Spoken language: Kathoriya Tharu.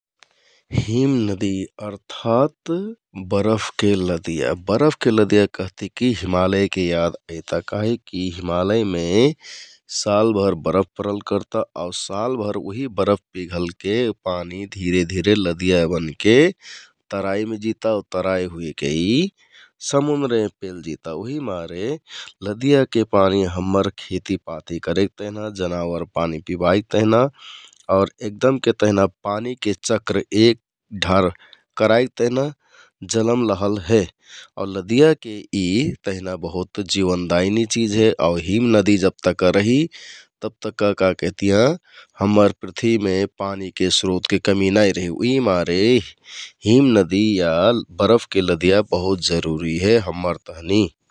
हिम नदी अर्थात् बरफके लदिया, बरफके लदिया कहति की हिमालयके याद अइता । काहिककि हिमालयमे साल भर बरफ परल कर्ता आउ सालभर उही बरफ पिघल के पानी धिरे धिरे लदिया बनके तराईमे जिता । आउ तराई हुइके यि समुन्द्रमे पेल जिता उहि मारे लदीयाके पानी हम्मर खेतीपाती करेक तिहना, जनावर पानी पिबाइक तेहना आउर एकदमके तेहना पानीके चक्र एक ढार कराइक तेहना जलम लहल हे । आउ लदीयाके यि तेहना इ बहुत जीवनदायिनी चिझ हे आउ हिमनदि जबतक्का रिहि तब तक्का का केहतियाँ हम्मर पृथ्वीमे पानी के स्रोतके कमी नाइ रहि । उहिमारे हिम नदी या बरफके लदिया बहुत जरुरि हे हम्मर तहनि ।